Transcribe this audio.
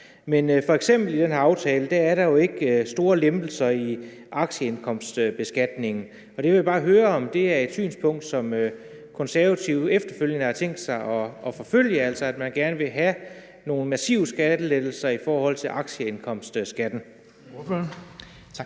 vi har haft. Men i den her aftale er der f.eks. ikke store lempelser af aktieindkomstbeskatningen, og der vil jeg bare høre, om det er et synspunkt, som Konservative efterfølgende har tænkt sig at forfølge, altså at man gerne vil have nogle massive skattelettelser i forhold til aktieindkomstskatten.